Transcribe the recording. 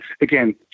again